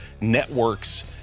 networks